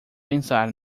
pensar